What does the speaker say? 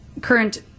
Current